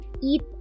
eat